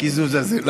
הקיזוז הזה.